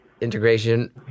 integration